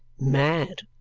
mad!